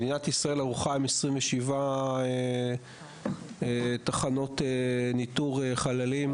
מדינת ישראל ערוכה עם 27 תחנות ניטור חללים,